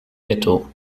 ghetto